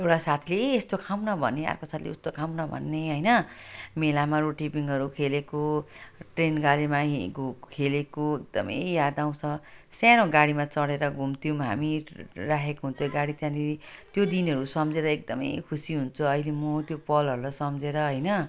एउटा साथीले ए यस्तो खाऊँ न भने अर्को साथीले उस्तो खाऊँ न भन्ने होइन मेलामा रोटेपिङहरू खेलेको ट्रेन गाडीमा हिँडेको खेलेको एकदम याद आउँछ सानो गाडीमा चढेर घुम्थ्यौँ हामी राखेको हुन्थ्यो गाडी त्यहाँनेरि त्यो दिनहरू सम्झेर एकदम खुसी हुन्छु अहिले म त्यो पलहरूलाई सम्झेर होइन